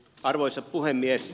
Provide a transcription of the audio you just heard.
arvoisa puhemies